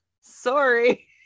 sorry